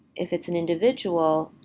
if it's an individual,